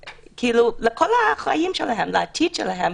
לכל החיים שלהן, לעתיד שלהן,